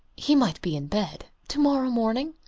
he might be in bed. to-morrow morning.